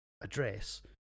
address